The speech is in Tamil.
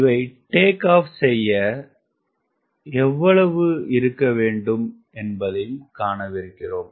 இவை டேக் ஆப் செய்ய எவ்வளவிருக்கவேண்டும் என்பதையும் காணவிருக்கிறோம்